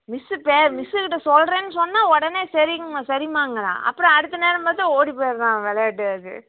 miss மிஸ்ஸுக்கிட்டே சொல்கிறேன்னு சொன்னால் உடனே சரிங்கம்மா சரிங்கமாங்கிறான் அப்புறம் அடுத்த நேரம் பார்த்தா ஓடிப்போயிடுறான் விளையாட்டுக்கு